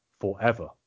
forever